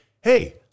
hey